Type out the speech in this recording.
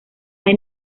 hay